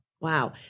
Wow